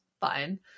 fine